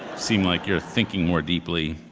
seem like you're thinking more deeply.